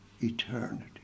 eternity